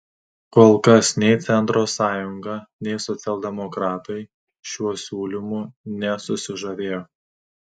kol kas nei centro sąjunga nei socialdemokratai šiuo siūlymu nesusižavėjo